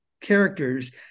characters